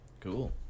Cool